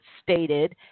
stated